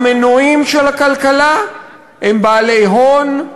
המנועים של הכלכלה הם בעלי הון,